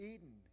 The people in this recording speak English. Eden